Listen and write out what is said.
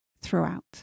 throughout